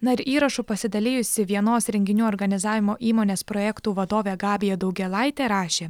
na ir įrašu pasidalijusi vienos renginių organizavimo įmonės projektų vadovė gabija daugėlaitė rašė